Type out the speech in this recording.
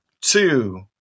two